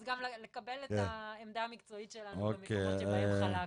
אבל גם לקבל את עמדה המקצועית שלנו במקומות שבהם חלק.